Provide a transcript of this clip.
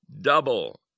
double